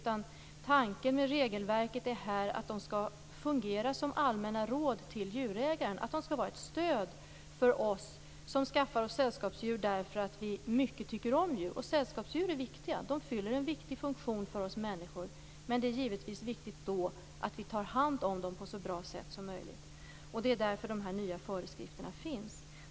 Tanken med regelverket är att det skall fungera som allmänna råd till djurägaren och vara ett stöd för oss som skaffar oss sällskapsdjur för att vi tycker om djur. Sällskapsdjur är viktiga. De fyller en viktig funktion för oss människor. Det är givetvis viktigt att vi då tar hand om dem på ett så bra sätt som möjligt. Det är därför de här nya föreskrifterna finns.